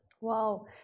Wow